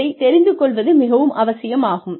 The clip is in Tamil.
இதைத் தெரிந்து கொள்வது மிகவும் அவசியமாகும்